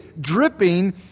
dripping